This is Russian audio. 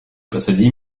посади